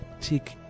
take